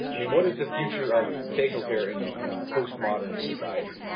i mean what is the future of facial hair in post-modern society?